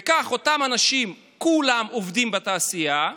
וכך אותם אנשים, כולם עובדים בתעשייה,